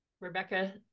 Rebecca